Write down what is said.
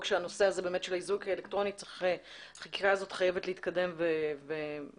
שהנושא הזה של האיזוק האלקטרוני יהיה חייב להתקדם ומהר.